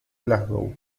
glasgow